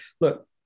look